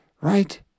right